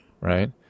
Right